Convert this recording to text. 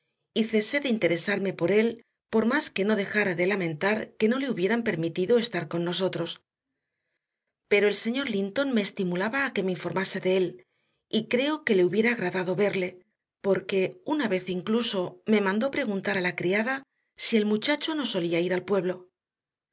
y cesé de interesarme por él por más que no dejara de lamentar que no le hubieran permitido estar con nosotros pero el señor linton me estimulaba a que me informase de él y creo que le hubiera agradado verle porque una vez incluso me mandó preguntar a la criada si el muchacho no solía ir al pueblo